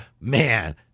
man